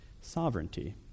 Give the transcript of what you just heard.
sovereignty